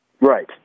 Right